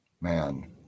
Man